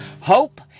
hope